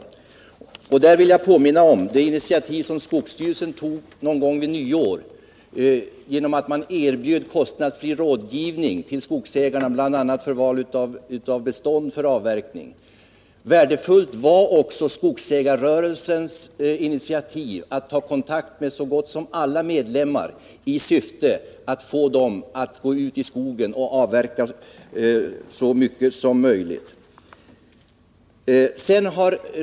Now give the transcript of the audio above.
I det sammanhanget vill jag påminna om det initiativ som skogsstyrelsen tog någon gång vid nyår genom att man erbjöd kostnadsfri rådgivning till skogsägarna bl.a. för val av bestånd för avverkning. Värdefullt var också skogsägarrörelsens initiativ att ta kontakt med så gott som alla medlemmar i syfte att få dem att avverka så mycket som möjligt.